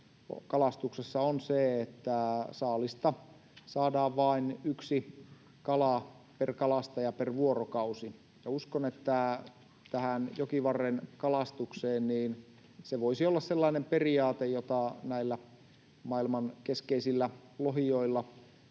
kalastuksessa on se, että saalista saadaan vain yksi kala per kalastaja per vuorokausi, ja uskon, että tähän jokivarren kalastukseen se voisi olla sellainen periaate, jota näillä maailman keskeisillä lohijoilla